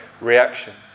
reactions